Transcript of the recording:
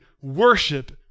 worship